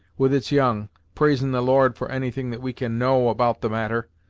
with its young, praisin' the lord for anything that we can know about the matter,